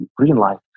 Greenlight